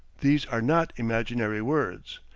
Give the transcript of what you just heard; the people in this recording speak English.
these are not imaginary words.